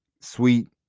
sweet